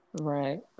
right